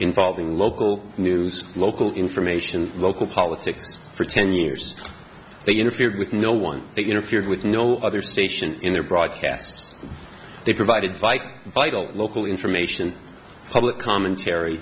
involving local news local information local politics for ten years they interfered with no one they interfered with no other station in their broadcasts they provided fike vital local information public commentary